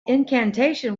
incantation